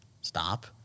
Stop